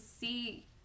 see